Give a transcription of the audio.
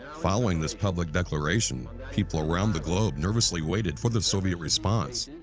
following this public declaration, people around the globe nervously waited for the soviet response.